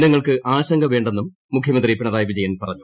ജനങ്ങൾക്ക് ആശങ്ക വേണ്ടെന്നും മുഖ്യമന്ത്രി പിണറായി വിജയൻ പറഞ്ഞു